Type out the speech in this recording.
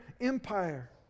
empire